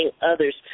others